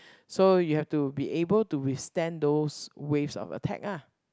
so you will have to able to withstand those waves of attack ah